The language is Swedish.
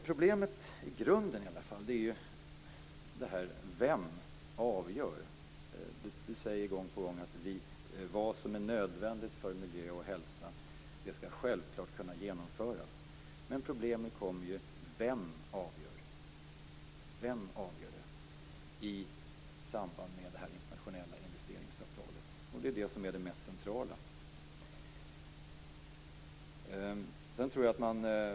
Problemet i grunden är vem som avgör. Anna Lindh säger gång på gång att det är vi. Vad som är nödvändigt för miljö och hälsa självklart skall kunna genomföras. Men problemet uppstår: Vem avgör det i samband med det internationella investeringsavtalet? Det är det som är det mest centrala.